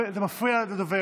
זה מפריע לדוברת.